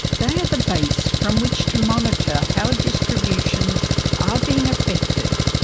they are the base from which to monitor how distributions are being affected,